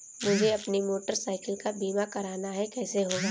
मुझे अपनी motorcycle का बीमा करना है कैसे होगा?